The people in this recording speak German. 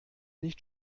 nicht